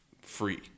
free